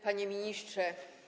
Panie Ministrze!